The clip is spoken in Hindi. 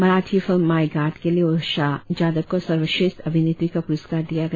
मराठी फिल्म माई घाट के लिए उषा जाधव को सर्वश्रेष्ठ अभिनेत्री का पुरस्कार दिया गया